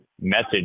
message